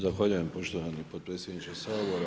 Zahvaljujem poštovane potpredsjedniče Sabora.